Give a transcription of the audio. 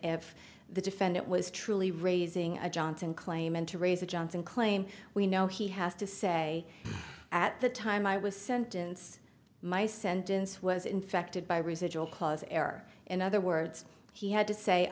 if the defendant was truly raising a johnson claimant to raise a johnson claim we know he has to say at the time i was sentence my sentence was infected by residual cause error in other words he had to say